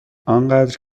انقدر